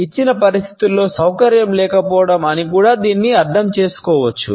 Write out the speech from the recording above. ఇచ్చిన పరిస్థితిలో సౌకర్యం లేకపోవడం అని కూడా దీనిని అర్థం చేసుకోవచ్చు